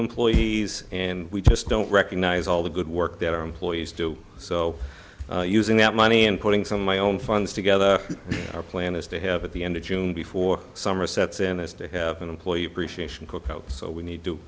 employees and we just don't recognize all the good work that our employees do so using that money and putting some of my own funds together our plan is to have at the end of june before summer sets in as an employee appreciation cookouts so we need to